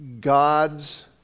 God's